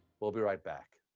we'll be right back.